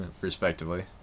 respectively